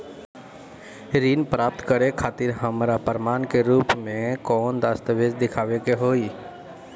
ऋण प्राप्त करे खातिर हमरा प्रमाण के रूप में कौन दस्तावेज़ दिखावे के होई?